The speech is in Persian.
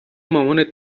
مامانت